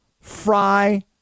fry